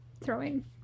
throwing